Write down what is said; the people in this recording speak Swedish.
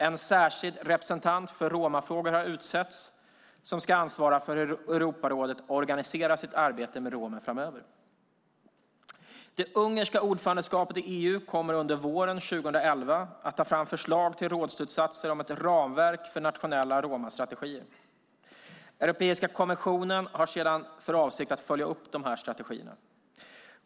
En särskild representant för romafrågor har utsetts som ska ansvara för hur Europarådet organiserar sitt arbete med romer framöver. Det ungerska ordförandeskapet i EU kommer under våren 2011 att ta fram förslag till rådsslutsatser om ett ramverk för nationella romastrategier. Europeiska kommissionen har sedan för avsikt att följa upp dessa strategier.